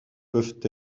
peuvent